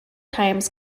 times